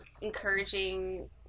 encouraging